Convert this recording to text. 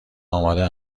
آماده